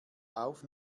auf